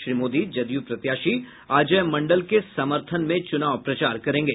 श्री मोदी जदयू प्रत्याशी अजय मंडल के समर्थन में चुनाव प्रचार करेंगे